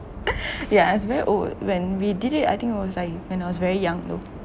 yes very old when we did it I think it was I when I was very young though